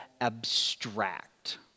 abstract